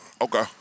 okay